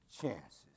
chances